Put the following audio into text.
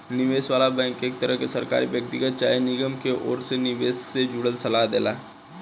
निवेश वाला बैंक एक तरह के सरकारी, व्यक्तिगत चाहे निगम के ओर से निवेश से जुड़ल सलाह देला